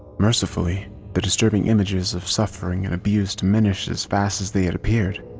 mercifully the disturbing images of suffering and abuse diminished as fast as they appeared,